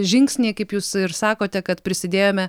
žingsniai kaip jūs ir sakote kad prisidėjome